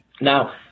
Now